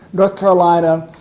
north carolina,